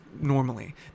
normally